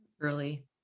Early